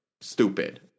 Stupid